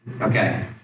Okay